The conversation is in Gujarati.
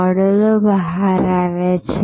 મોડેલો બહાર આવ્યા છે